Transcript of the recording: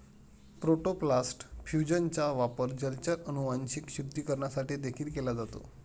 protoplast फ्यूजनचा वापर जलचर अनुवांशिक शुद्धीकरणासाठी देखील केला जातो